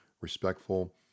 respectful